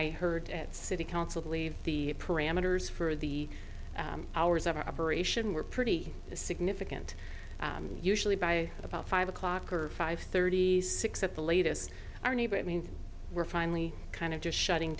i heard at city council believe the parameters for the hours of operation were pretty significant usually by about five o'clock or five thirty six at the latest our neighborhood means we're finally kind of just shutting